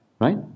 right